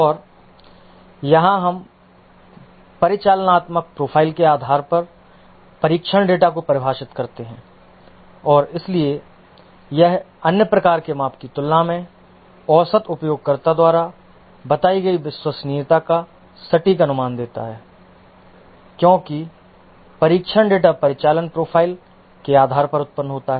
और यहाँ हम परिचालनात्मक प्रोफाइल के आधार पर परीक्षण डेटा को परिभाषित करते हैं और इसलिए यह अन्य प्रकार के माप की तुलना में औसत उपयोगकर्ता द्वारा बताई गई विश्वसनीयता का सटीक अनुमान देता है क्योंकि परीक्षण डेटा परिचालन प्रोफाइल के आधार पर उत्पन्न होता है